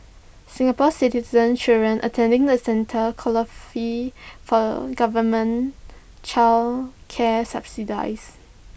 Singapore Citizen children attending the centres qualify for government child care subsidies